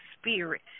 spirit